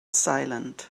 silent